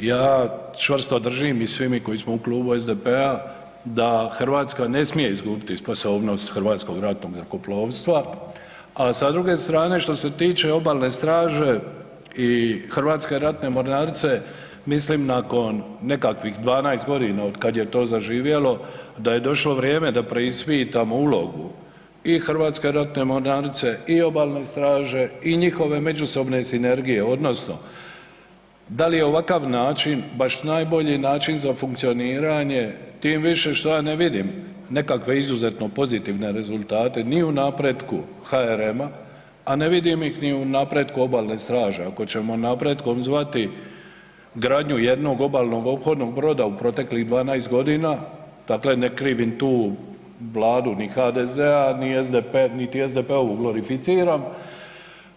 Ja čvrsto držim i svi mi koji smo u Klubu SDP-a da Hrvatska ne smije izgubit sposobnost Hrvatskog ratnog zrakoplovstva, a sa druge strane što se tiče Obalne straže i Hrvatske ratne mornarice, mislim nakon nekakvih 12 godina od kad je to zaživjelo, da je došlo vrijeme da preispitamo ulogu i Hrvatske ratne mornarice, i Obalne straže i njihove međusobne sinergije, odnosno da li je ovakav način baš najbolji način za funkcioniranje, tim više što ja ne vidim nekakve izuzetno pozitivne rezultate ni u napretku HRM-a, a ne vidim ih ni u napretku obalne straže, ako ćemo napretkom zvati gradnju jednog obalnog ophodnog broda u proteklih 12.g., dakle ne krivim tu vladu ni HDZ-a, niti SDP-ovu glorificiram,